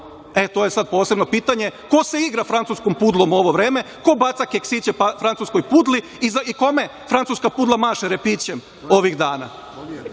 To je sada posebno pitanje. Ko se igra francuskom pudlom u ovo vreme? Ko baca keksiće francuskoj pudli i kome francuska pudla maše repićem ovih dana?